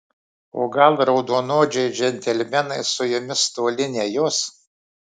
o gal raudonodžiai džentelmenai su jumis toli nejos